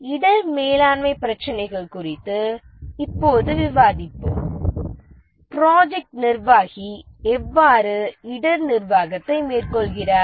இடர் மேலாண்மை பிரச்சினைகள் குறித்து இப்போது விவாதிப்போம் ப்ராஜெக்ட் நிர்வாகி எவ்வாறு இடர் நிர்வாகத்தை மேற்கொள்கிறார்